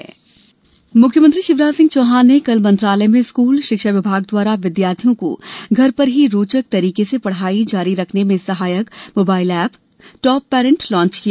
top parent app मुख्यमंत्री शिवराज सिंह चौहान ने कल मंत्रालय में स्कूल शिक्षा विभाग द्वारा विद्यार्थियों को घर पर ही रोचक तरीके से पढ़ाई जारी रखने में सहायक mobile app top parent launch किया